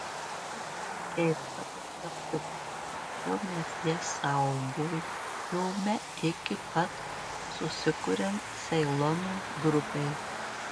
tai buvo keista paslaptis tačiau mes ją saugojome iki pat susikuriant ceilono grupei